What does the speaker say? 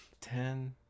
Ten